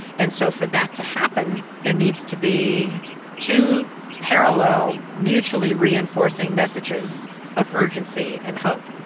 and so for that to happen there needs to be two parallel mutually reinforcing messages of urgency and hope.